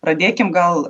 pradėkim gal